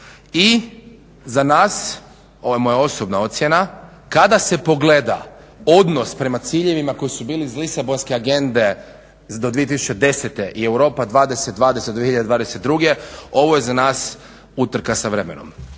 I za nas, ovo je moja osobna ocjena, kada se pogleda odnos prema ciljevima koji su bili iz Lisabonske agende do 2010. i Europa 20 20 2022., ovo je za nas utrka sa vremenom.